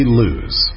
lose